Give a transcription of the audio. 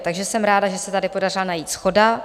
Takže jsem ráda, že se tady podařila najít shoda.